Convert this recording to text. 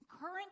Current